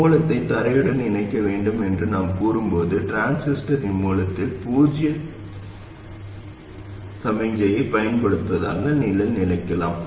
மூலத்தை தரையுடன் இணைக்க வேண்டும் என்று நாம் கூறும்போது டிரான்சிஸ்டரின் மூலத்திற்கு பூஜ்ஜிய சமிக்ஞையைப் பயன்படுத்துவதாக நீங்கள் நினைக்கலாம்